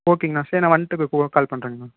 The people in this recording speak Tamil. ஓகேங்கண்ணா சரி நான் வந்துட்டு கால் பண்ணுறேங்கண்ணா